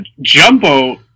Jumbo